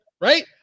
right